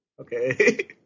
okay